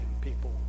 people